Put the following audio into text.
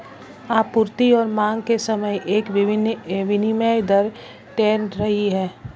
आपूर्ति और मांग के समय एक विनिमय दर तैर रही है